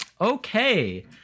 Okay